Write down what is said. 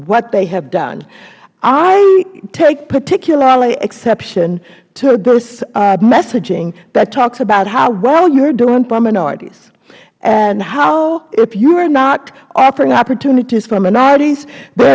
what they have done i take particularly exception to this messaging that talks about how well you are doing for minorities and how if you are not offering opportunities for minorities the